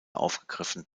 aufgegriffen